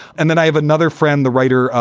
and then i have another friend, the writer,